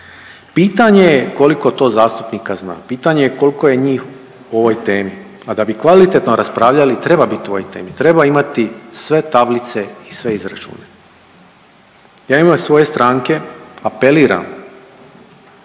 Pitanje je koliko to zastupnika zna, pitanje je kolko je njih u ovoj temi, da bi kvalitetno raspravljali treba bit u ovoj temi, treba imati sve tablice i sve izračune. Ja u ime svoje stranke apeliram